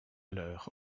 l’heure